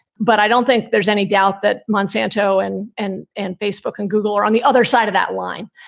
but i don't think there's any doubt that monsanto and and and facebook and google are on the other side of that line,